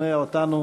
ותשכנע אותנו